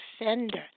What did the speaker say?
offender